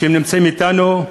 שנמצאים אתנו,